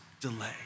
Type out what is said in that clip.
delay